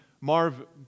Marv